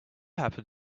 happen